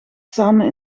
samen